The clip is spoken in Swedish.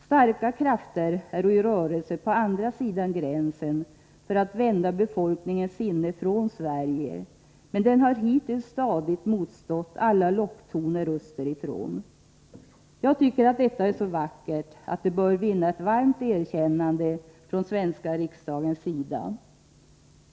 Starka krafter äro i rörelse på andra sidan gränsen för att vända befolkningens sinne från Sverige, men den har hittills stadigt motstått alla locktoner öster ifrån. Jag tycker, att detta är så vackert, att det bör vinna ett varmt erkännande från svenska riksdagens sida.